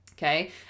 Okay